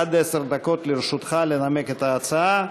עד עשר דקות לרשותך לנמק את ההצעה.